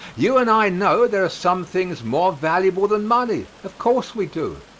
you and i know there are some things more valuable than money of course, we do.